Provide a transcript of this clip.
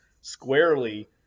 squarely